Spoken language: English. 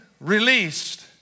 released